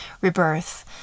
rebirth